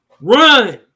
run